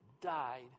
died